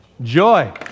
Joy